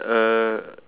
uh